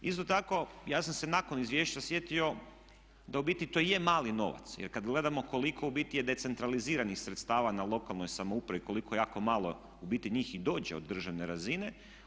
Isto tako ja sam se nakon izvješća sjetio da u biti to je mali novac, jer kad gledamo koliko u biti je decentraliziranih sredstava na lokalnoj samoupravi koliko jako malo u biti njih i dođe od državne razine.